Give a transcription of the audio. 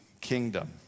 kingdom